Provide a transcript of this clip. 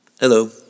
Hello